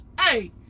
hey